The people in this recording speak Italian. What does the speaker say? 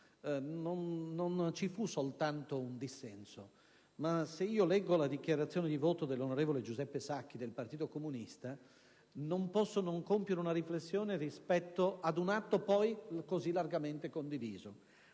non ci fu soltanto un dissenso: se leggo la dichiarazione di voto dell'onorevole Giuseppe Sacchi, del Partito Comunista, non posso non fare una riflessione rispetto ad un atto poi così largamente condiviso.